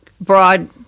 broad